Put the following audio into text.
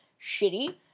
shitty